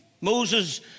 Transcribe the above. Moses